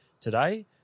today